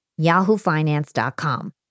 yahoofinance.com